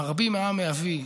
"מרבים העם להביא",